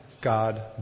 God